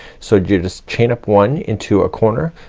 so you just chain up one into a corner,